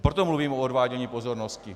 Proto mluvím o odvádění pozornosti.